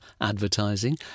advertising